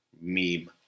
meme